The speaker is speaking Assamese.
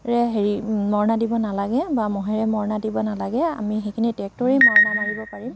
ৰে হেৰি মৰণা দিব নালাগে বা ম'হেৰে মৰণা দিব নালাগে আমি সেইখিনি ট্ৰেক্টৰেই মৰণা মাৰিব পাৰিম